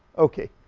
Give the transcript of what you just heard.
okay.